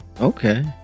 Okay